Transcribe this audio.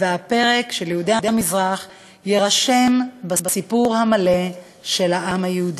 והפרק של יהודי המזרח יירשם בסיפור המלא של העם היהודי.